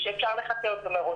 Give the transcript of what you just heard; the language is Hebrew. שאפשר לחטא אותו מראש,